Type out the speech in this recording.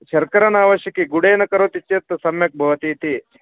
शर्करा न आवश्यकी गुडेन करोति चेत् सम्यक् भवति इति